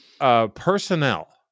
personnel